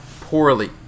poorly